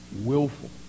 willful